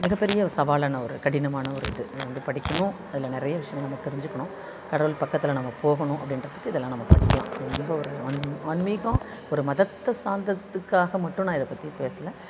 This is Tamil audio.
மிகப்பெரிய ஒரு சவாலான ஒரு கடினமான ஒரு இது இதை வந்து படிக்கணும் அதில் நிறையா விஷயம் நம்ம தெரிஞ்சுக்கணும் கடவுள் பக்கத்தில் நம்ம போகணும் அப்படின்றத்துக்கு இதெல்லாம் நம்ம படிக்கலாம் ரொம்ப ஒரு ஆன்மீக ஆன்மீகம் ஒரு மதத்தை சார்ந்ததுக்காக மட்டும் நான் இதை பற்றி பேசலை